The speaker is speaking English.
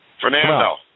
Fernando